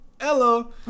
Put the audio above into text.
Hello